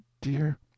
dear